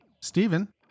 Stephen